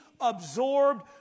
absorbed